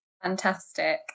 Fantastic